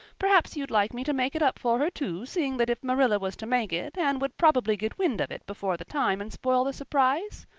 perhaps you'd like me to make it up for her, too, seeing that if marilla was to make it anne would probably get wind of it before the time and spoil the surprise?